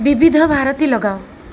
ବିବିଧ ଭାରତୀ ଲଗାଅ